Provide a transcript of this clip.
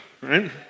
right